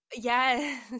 yes